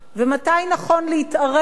ומתי נכון להתערב